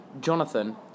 Jonathan